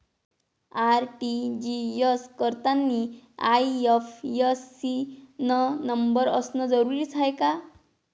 RTGS करतांनी IFSC न number असनं जरुरीच हाय का?